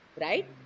right